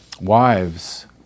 wives